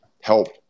help